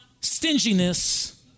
stinginess